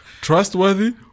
Trustworthy